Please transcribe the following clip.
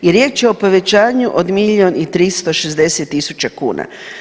I riječ je o povećanju od milion i 360 tisuća kuna.